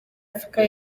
afrika